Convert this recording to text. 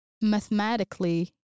mathematically